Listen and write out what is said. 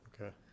Okay